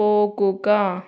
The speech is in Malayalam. പോകുക